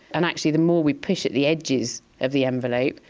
and actually the more we push at the edges of the envelope,